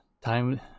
time